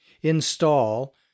install